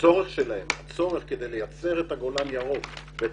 הצורך שלהם כדי לייצר את הגולן ירוק ואת